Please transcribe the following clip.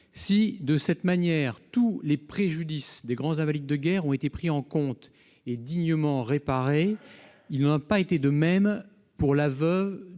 Si, de cette manière, tous les préjudices des grands invalides de guerre ont été pris en compte et dignement réparés, il n'en a pas été de même pour les veuves de grands